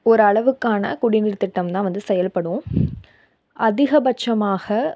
ஒரு அளவுக்கான குடிநீர் திட்டம் தான் வந்து செயல்படும் அதிகபட்சமாக